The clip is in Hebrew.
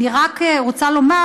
אני רק רוצה לומר,